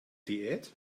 diät